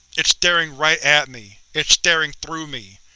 it's staring right at me. it's staring through me.